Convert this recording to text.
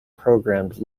programmed